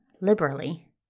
Liberally